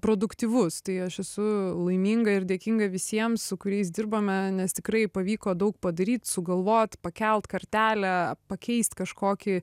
produktyvus tai aš esu laiminga ir dėkinga visiem su kuriais dirbame nes tikrai pavyko daug padaryt sugalvot pakelt kartelę pakeist kažkokį